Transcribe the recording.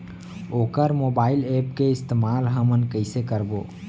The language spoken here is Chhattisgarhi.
वोकर मोबाईल एप के इस्तेमाल हमन कइसे करबो?